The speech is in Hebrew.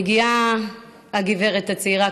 מגיעה הגברת הצעירה,